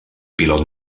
pilot